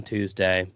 Tuesday